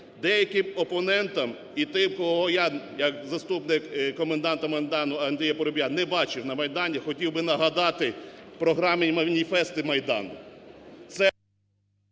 Деяким опонентам і тим, кого я як заступник коменданта Майдану Андрія Парубія не бачив на Майдані, хотів би нагадати програми і маніфести Майдану.